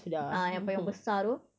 ah yang payung besar tu